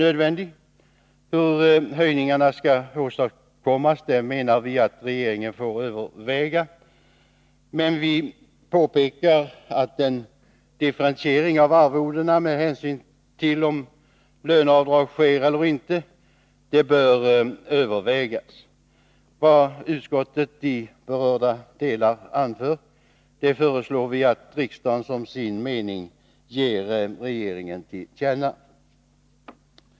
Hur höjningarna skall åstadkommas menar vi att regeringen får överväga. Men vi påpekar att en differentiering av arvodena med hänsyn till om löneavdrag sker eller inte bör övervägas. Vad utskottet i berörda delar anför föreslår vi att riksdagen som sin mening ger regeringen till känna.